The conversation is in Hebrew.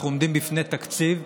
אנחנו עומדים בפני תקציב,